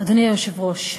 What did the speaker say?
אדוני היושב-ראש,